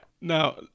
Now